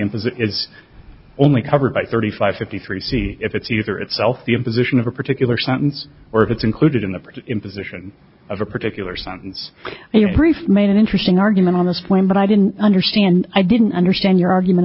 emphasis is only covered by thirty five fifty three see if it's either itself the imposition of a particular sentence or if it's included in the part of imposition of a particular sentence and your brief made an interesting argument on this point but i didn't understand i didn't understand your argument